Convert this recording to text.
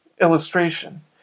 illustration